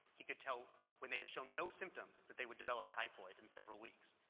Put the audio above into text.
he could tell when they had showed no symptoms that they would develop typhoid in several weeks.